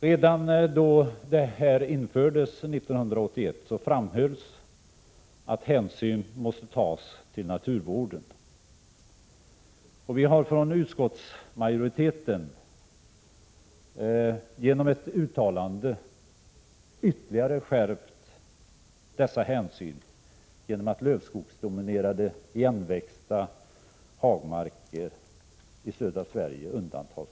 Redan då detta infördes 1981 framhölls det att hänsyn måste tas till naturvården. Utskottsmajoriteten har i ett uttalande ytterligare skärpt dessa hänsyn genom att undanta lövskogsdominerade igenväxta hagmarker i södra Sverige från bidrag.